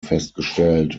festgestellt